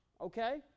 Okay